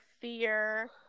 fear